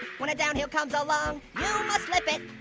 when a downhill comes along you must slip it